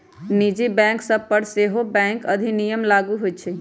निजी बैंक सभ पर सेहो बैंक अधिनियम लागू होइ छइ